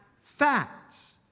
facts